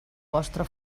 vostre